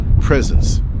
presence